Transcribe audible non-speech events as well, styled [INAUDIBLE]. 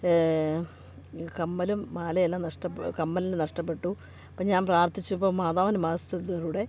കമ്മലും മാലയും എല്ലാം നഷ്ട്ടം കമ്മൽ നഷ്ട്ടപ്പെട്ടു അപ്പം ഞാൻ പ്രാർത്ഥിച്ചപ്പം മാതാവിൻ്റെ [UNINTELLIGIBLE] ലൂടെ